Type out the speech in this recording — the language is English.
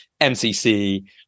MCC